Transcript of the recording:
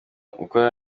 ukora